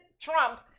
Trump